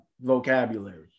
vocabulary